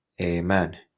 amen